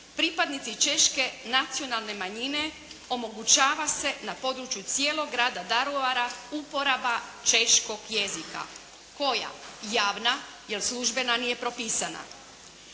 “Pripadnicima Češke nacionalne manjine omogućava se na području cijelog grada Daruvara uporaba Češkog jezika“. Koja? Javna, jer službena nije propisana.